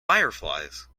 fireflies